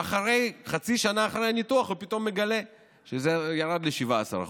וחצי שנה אחרי הניתוח פתאום הוא מגלה שזה ירד ל-17%.